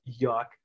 yuck